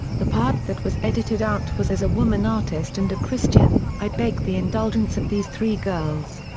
the part that was edited out was as a woman artist and a christian, i beg the indulgence of these three girls.